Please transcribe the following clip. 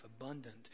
abundant